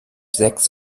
sechs